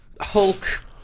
Hulk